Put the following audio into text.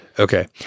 Okay